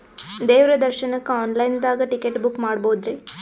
ದೇವ್ರ ದರ್ಶನಕ್ಕ online ದಾಗ ಟಿಕೆಟ ಬುಕ್ಕ ಮಾಡ್ಬೊದ್ರಿ?